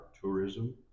tourism